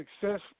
success